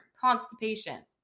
constipation